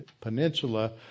Peninsula